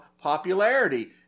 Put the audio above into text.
popularity